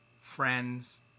friends